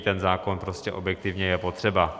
Ten zákon prostě objektivně je potřeba.